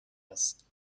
است